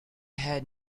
had